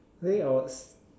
think I will